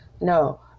No